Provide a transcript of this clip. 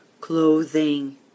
clothing